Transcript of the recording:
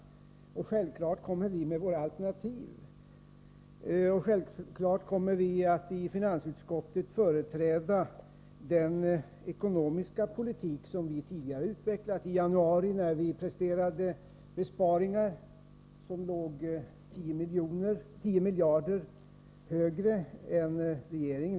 Vi kommer självfallet att lägga fram våra alternativ, och vi kommer självfallet att i finansutskottet företräda den ekonomiska politik som vi tidigare har utvecklat — i januari när vi presenterade besparingar som låg 10 miljarder kronor högre än regeringens.